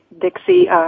Dixie